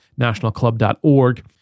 Nationalclub.org